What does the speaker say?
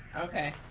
okay.